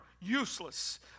Useless